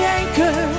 anchor